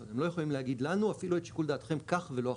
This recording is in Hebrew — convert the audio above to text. זאת אומרת הם לא יכולים להגיד לנו אפילו את שיקול דעתכם כך ולא אחרת.